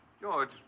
George